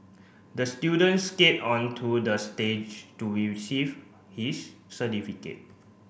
the student skate onto the stage to receive his certificate